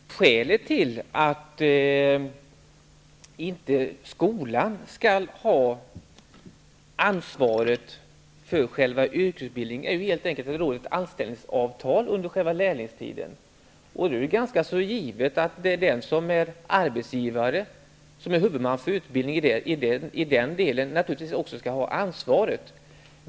Herr talman! Skälet till att skolan inte skall ha ansvaret för själva yrkesutbildningen är helt enkelt att det råder ett anställningsavtal under själva lärlingstiden. Det är ganska givet att den som är arbetsgivare och som är huvudman för utbildningen i den delen naturligtvis också skall ha ansvaret.